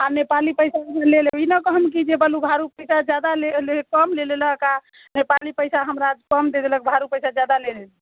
आ नेपाली पैसा अहाँ ले लेम ई नहि कहम कि जे जादा कम ले लेलक आ नेपाली पैसा हमरा कम दे देलक भारू पैसा जादा ले